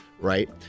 right